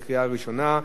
בקריאה ראשונה.